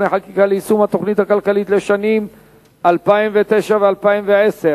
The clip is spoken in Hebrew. חקיקה ליישום התוכנית הכלכלית לשנים 2009 ו-2010),